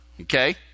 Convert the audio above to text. okay